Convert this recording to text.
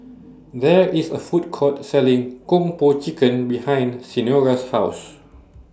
There IS A Food Court Selling Kung Po Chicken behind Senora's House